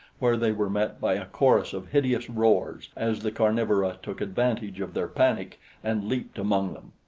where they were met by a chorus of hideous roars as the carnivora took advantage of their panic and leaped among them.